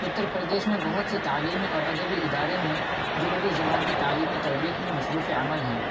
اتّر پردیش میں بہت سے تعلیمی اور ادبی ادارے ہیں جو اردو زبان کی تعلیم و تربیت میں مصروفِ عمل ہیں